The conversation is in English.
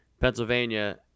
Pennsylvania